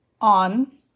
on